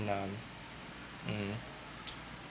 none mm